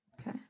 Okay